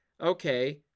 okay